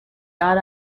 got